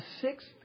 sixth